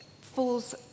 falls